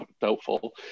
doubtful